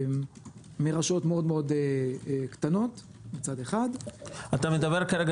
מרשויות מאוד-מאוד קטנות מצד אחד -- אתה מדבר כרגע